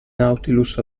nautilus